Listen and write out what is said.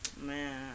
Man